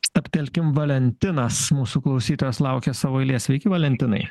stabtelkim valentinas mūsų klausytojas laukia savo eilės sveiki valentinai